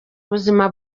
ubuzima